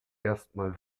erstmal